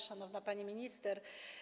Szanowna Pani Minister!